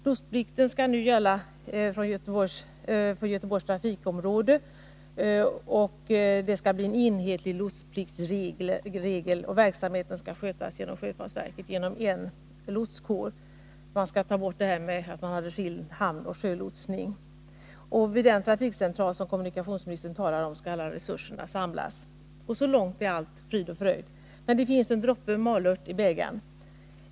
Lotsplikt skall nu gälla för Göteborgs trafikområde. Det skall bli enhetliga lotspliktsregler, och verksamheten skall skötas av sjöfartsverket genom en lotskår. Den gamla organisationen med skild hamnoch sjölotsning skall tas bort. Alla resurser skall samlas vid den trafikcentral som kommunikationsministern talar om. Så långt är allt frid och fröjd, men det finns en droppe malört i bägaren.